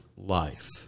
Life